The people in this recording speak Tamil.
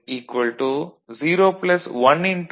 y 0 1